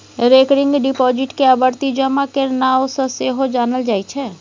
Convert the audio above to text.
recurring deposit केँ आवर्ती जमा केर नाओ सँ सेहो जानल जाइ छै